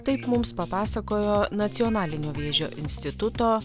taip mums papasakojo nacionalinio vėžio instituto